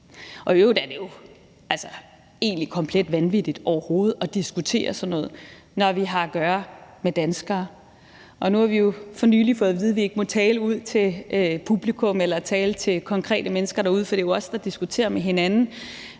I øvrigt er det jo egentlig komplet vanvittigt overhovedet at diskutere sådan noget, når vi har at gøre med danskere. Nu har vi jo for nylig fået at vide, at vi ikke må tale ud til publikum eller tale til konkrete mennesker derude, fordi det er os, der diskuterer med hinanden.